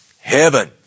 heaven